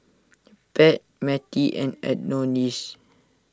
Pat Mattie and Adonis